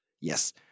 Yes